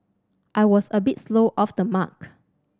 I was a bit slow off the mark